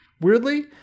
Weirdly